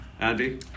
Andy